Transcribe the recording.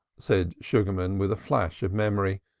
said sugarman with a flash of memory,